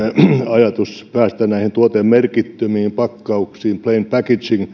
ajatuksen päästä näihin tuotemerkittömiin pakkauksiin plain packaging